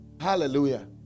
Hallelujah